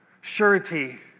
surety